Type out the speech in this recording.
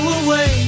away